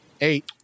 eight